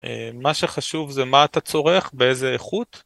מה שחשוב זה מה אתה צורך, באיזה איכות.